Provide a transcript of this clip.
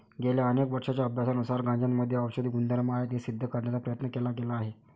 गेल्या अनेक वर्षांच्या अभ्यासानुसार गांजामध्ये औषधी गुणधर्म आहेत हे सिद्ध करण्याचा प्रयत्न केला गेला आहे